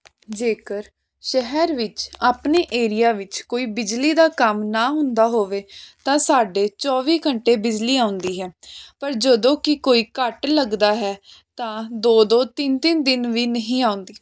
ਜੇਕਰ ਸ਼ਹਿਰ ਵਿੱਚ ਆਪਣੇ ਏਰੀਆ ਵਿੱਚ ਕੋਈ ਬਿਜਲੀ ਦਾ ਕੰਮ ਨਾ ਹੁੰਦਾ ਹੋਵੇ ਤਾਂ ਸਾਡੇ ਚੋਵੀ ਘੰਟੇ ਬਿਜਲੀ ਆਉਂਦੀ ਹੈ ਪਰ ਜਦੋਂ ਕਿ ਕੋਈ ਕੱਟ ਲੱਗਦਾ ਹੈ ਤਾਂ ਦੋ ਦੋ ਤਿੰਨ ਤਿੰਨ ਦਿਨ ਵੀ ਨਹੀਂ ਆਉਂਦੀ